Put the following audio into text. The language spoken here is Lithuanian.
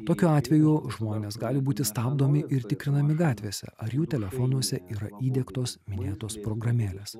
tokiu atveju žmonės gali būti stabdomi ir tikrinami gatvėse ar jų telefonuose yra įdiegtos minėtos programėlės